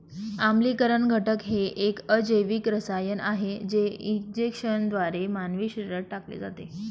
आम्लीकरण घटक हे एक अजैविक रसायन आहे जे इंजेक्शनद्वारे मानवी शरीरात टाकले जाते